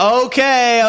okay